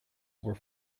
were